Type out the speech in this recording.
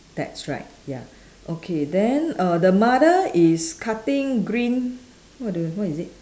that's right ya okay then err the mother is cutting green what the what is it